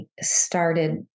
started